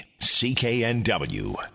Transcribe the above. CKNW